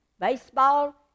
baseball